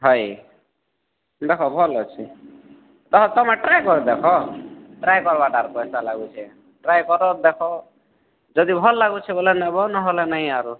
ହଏ ଦେଖ ଭଲ୍ ଅଛେ ତାର୍ ତୁମେ ଟ୍ରାଏ କରି ଦେଖ ଟ୍ରାଏ କର୍ବାକେ ପଇସା ଲାଗୁଛି ଟ୍ରାଏ କରି ଦେଖ ଯଦି ଭଲ୍ ଲାଗୁଛେ ବୋଲେ ନବ ନହେଲେ ନାଇଁ ଆରୁ